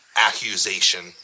accusation